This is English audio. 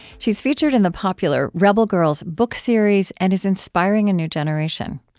she's featured in the popular rebel girls book series and is inspiring a new generation.